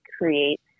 create